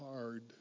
hard